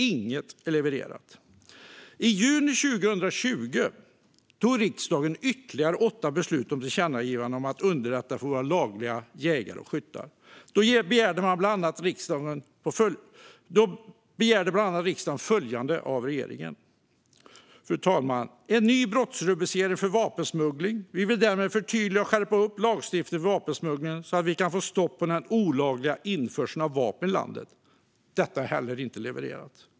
Inget är levererat. I juni 2020 tog riksdagen ytterligare åtta beslut om tillkännagivanden för att underlätta för våra lagliga jägare och skyttar. Då begärde riksdagen bland annat följande av regeringen. Vi vill ha en ny brottsrubricering för vapensmuggling. Vi vill därmed förtydliga och skärpa lagstiftningen för vapensmuggling så att vi kan få stopp på den olagliga införseln av vapen i landet. Detta är inte levererat.